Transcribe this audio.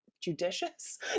judicious